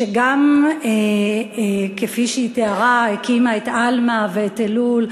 שגם, כפי שהיא תיארה, הקימה את "עלמא" ואת "אלול",